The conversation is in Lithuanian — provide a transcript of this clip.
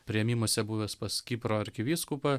priėmimuose buvęs pas kipro arkivyskupą